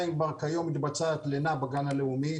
כבר כיום מתבצעת לינה בגן הלאומי.